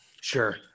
Sure